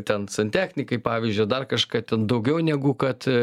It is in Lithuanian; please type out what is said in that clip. ten santechnikai pavyzdžiui dar kažką ten daugiau negu kad